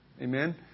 Amen